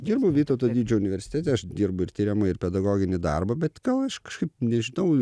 dirbu vytauto didžiojo universitete aš dirbu ir tiriamąjį ir pedagoginį darbą bet gal aš kažkaip nežinau